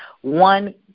one